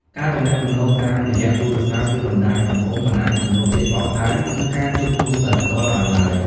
ការទំនាក់ទំនងតាមរយៈទូរសព្ទ ឬបណ្តាញសង្គម មិនអាចជំនួសភាពកក់ក្ដៅ និងការជួបជុំដោយផ្ទាល់បានឡើយ។